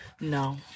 No